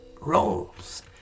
roles